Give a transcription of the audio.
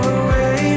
away